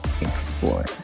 explore